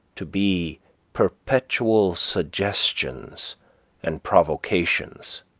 to be perpetual suggestions and provocations.